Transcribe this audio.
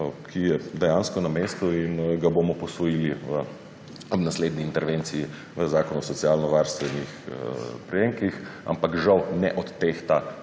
ki je dejansko na mestu in ga bomo posvojili v naslednji intervenciji v Zakonu o socialno varstvenih prejemkih, ampak žal ne odtehta